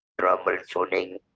troubleshooting